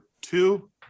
two